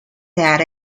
that